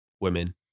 women